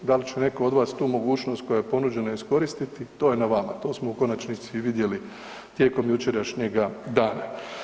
Da li će netko od vas tu mogućnost koja je ponuđena iskoristiti, to je na vama, to smo u konačnici i vidjeli tijekom jučerašnjega dana.